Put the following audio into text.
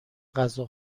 غذا